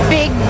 big